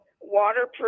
waterproof